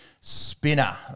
spinner